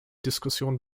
diskussion